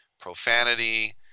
profanity